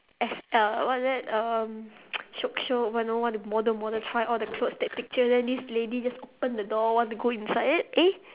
as a what is that um shiok shiok want want be model model try all the clothes take picture then this lady just open the door want to go inside then eh